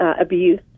abuse